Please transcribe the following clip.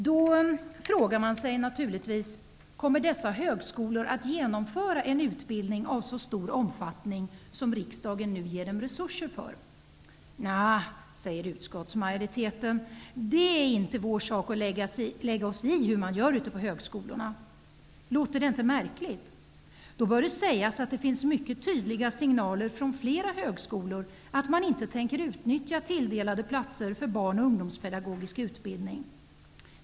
Då frågar man sig naturligtvis om dessa högskolor kommer att genomföra en utbildning av så stor omfattning som riksdagen nu ger dem resurser för. Då svarar utskottsmajoriteten: Nja, det är inte vår sak att lägga oss i hur man gör ute på högskolorna. Låter inte detta märkligt? Det bör sägas att det finns mycket tydliga signaler från flera högskolor om att man inte tänker utnyttja tilldelade platser för barn och ungdomspedagogisk utbildning.